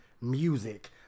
music